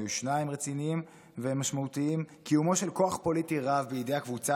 היו שניים רציניים ומשמעותיים: "קיומו של כוח פוליטי רב בידי הקבוצה